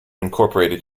incorporated